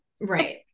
Right